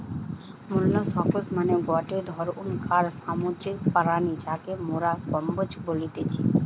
molluscs মানে গটে ধরণকার সামুদ্রিক প্রাণী যাকে মোরা কম্বোজ বলতেছি